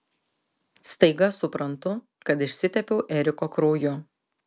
staiga suprantu kad išsitepiau eriko krauju